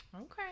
Okay